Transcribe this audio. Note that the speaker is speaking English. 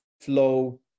flow